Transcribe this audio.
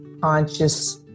conscious